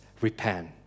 Repent